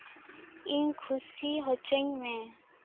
ᱤᱧ ᱠᱷᱩᱥᱤ ᱦᱚᱪᱚᱧ ᱢᱮ